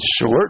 short